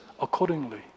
accordingly